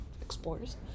explores